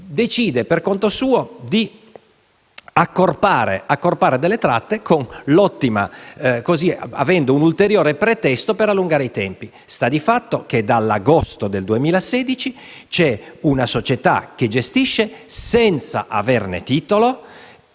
decide per conto proprio di accorpare delle tratte, avendo un ulteriore pretesto per allungare i tempi. Sta di fatto che dall'agosto 2016 una società gestisce senza averne titolo